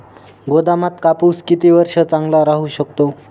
गोदामात कापूस किती वर्ष चांगला राहू शकतो?